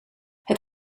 het